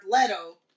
Leto